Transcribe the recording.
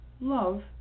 love